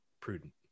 prudent